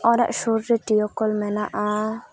ᱚᱲᱟᱜ ᱥᱩᱨ ᱨᱮ ᱴᱩᱭᱩᱠᱚᱞ ᱢᱮᱱᱟᱜᱼᱟ